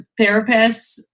therapists